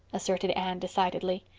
asserted anne decidedly.